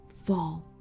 fall